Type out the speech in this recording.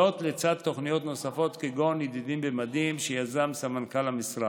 לצד תוכניות נוספות כגון "ידידים במדים" שיזם סמנכ"ל המשרד.